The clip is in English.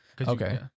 Okay